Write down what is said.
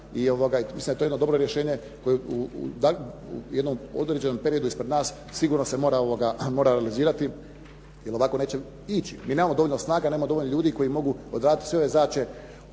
i mislim da je to jedno dobro rješenje koje u jednom određenom periodu ispred nas sigurno se mora analizirati jer ovako neće ići. Mi nemamo dovoljno snaga, nemamo dovoljno ljudi koji mogu odraditi sve ove zadaće